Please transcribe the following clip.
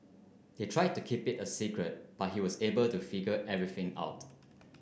they tried to keep it a secret but he was able to figure everything out